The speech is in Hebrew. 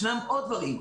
ישנם עוד דברים.